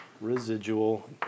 residual